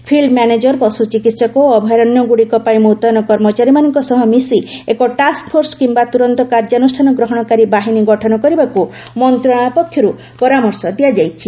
field manager ପଶୁ ଚିକିତ୍ସକ ଓ ଅଭୟାରଣ୍ୟଗୁଡ଼ିକ ପାଇଁ ମୁତୟନ କର୍ମଚାରୀମାନଙ୍କ ସହ ମିଶି ଏକ ଟାସ୍କଫୋର୍ସ କିମ୍ବା ତୁରନ୍ତ କାର୍ଯ୍ୟାନୁଷ୍ଠାନ ଗ୍ରହଣକାରୀ ବାହିନୀ ଗଠନ କରିବାକୁ ମନ୍ତ୍ରଣାଳୟ ପକ୍ଷରୁ ପରାମର୍ଶ ଦିଆଯାଇଛି